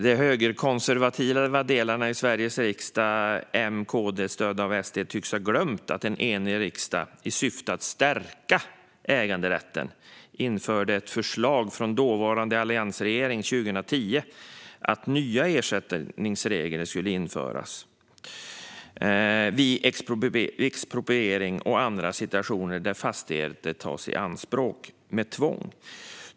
De högerkonservativa delarna i Sveriges riksdag - M och KD stödda av SD - tycks ha glömt att en enig riksdag, i syfte att stärka äganderätten, efter förslag från dåvarande alliansregering 2010 beslutade att införa nya ersättningsregler vid expropriering och andra situationer där fastigheter tas i anspråk med tvång.